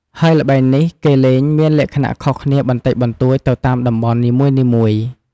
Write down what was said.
ហើយល្បែងនេះគេលេងមានលក្ខណៈខុសគ្នាបន្តិចបន្តួចទៅតាមតំបន់នីមួយៗ។